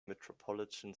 metropolitan